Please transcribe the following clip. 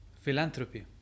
philanthropy